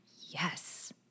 yes